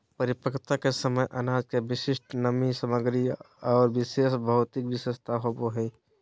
परिपक्वता के समय अनाज में विशिष्ट नमी सामग्री आर विशेष भौतिक विशेषता होबो हइ